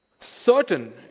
certain